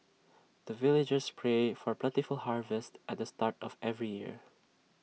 the villagers pray for plentiful harvest at the start of every year